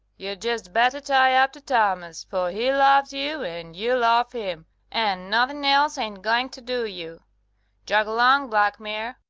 you'd just better tie up to thomas, for he loves you and you love him and nothing else ain't going to do you jog along, black mare.